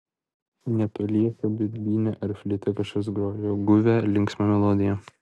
netoliese birbyne ar fleita kažkas grojo guvią linksmą melodiją